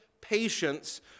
patience